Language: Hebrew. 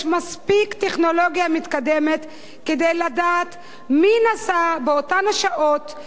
יש מספיק טכנולוגיה מתקדמת כדי לדעת מי נסע באותן השעות,